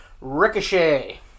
Ricochet